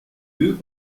deux